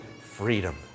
freedom